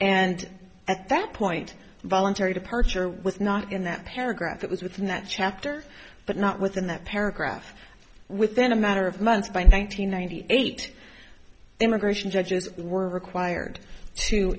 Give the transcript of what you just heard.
and at that point voluntary departure was not in that paragraph it was within that chapter but not within that paragraph within a matter of months by nine hundred ninety eight immigration judges were required to